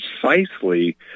precisely